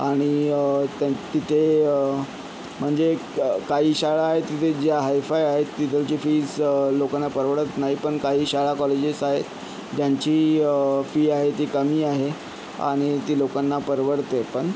आणि त्यातिथे म्हणजे का काही शाळा आहेत तिथे ज्या हाय फाय आहेत तिथलची फीस लोकांना परवडत नाही पण काही शाळा कॉलेजेस आहेत ज्यांची फी आहे ती कमी आहे आणि ती लोकांना परवडते पण